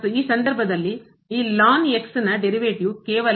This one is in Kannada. ಮತ್ತು ಈ ಸಂದರ್ಭದಲ್ಲಿ ಈ ನ derivative ಉತ್ಪನ್ನ ಕೇವಲ